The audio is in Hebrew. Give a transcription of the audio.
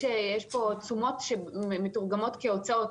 יש כאן תשומות שמתורגמות כהוצאות.